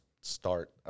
start